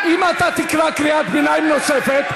כי בפורים היה "לך כנוס את כל היהודים".